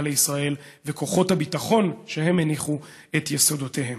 לישראל וכוחות הביטחון שהם הניחו את יסודותיהם.